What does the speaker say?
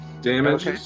damage